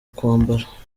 kwambara